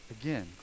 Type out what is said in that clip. again